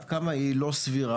עד כמה היא לא סבירה,